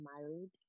married